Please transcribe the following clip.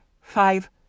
five